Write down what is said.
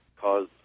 cause